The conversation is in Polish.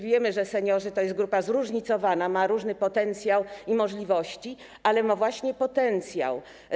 Wiemy, że seniorzy to jest grupa zróżnicowana, ma różny potencjał i możliwości, ale ma właśnie potencjał.